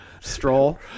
stroll